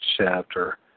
Chapter